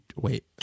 Wait